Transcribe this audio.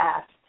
asked